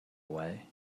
way